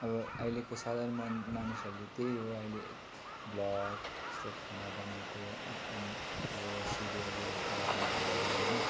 अब अहिलेको साधारण मान मानिसहरूले त्यही हो अहिले भल्ग यस्तो खाना बनाएको आ आन अब सिरियलहरू हेरेर आन्टीहरूले होइन